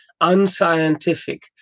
unscientific